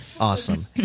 Awesome